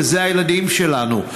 ואלו הילדים שלנו,